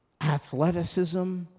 athleticism